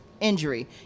injury